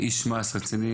איש מעש רציני,